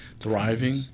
Thriving